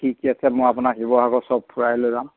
কি কি আছে মই আপোনাক শিৱসাগৰ সব ফূৰাই লৈ যাম